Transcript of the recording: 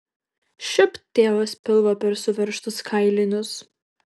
šiupt tėvas pilvą per suveržtus kailinius